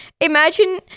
imagine